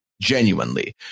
Genuinely